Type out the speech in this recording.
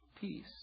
peace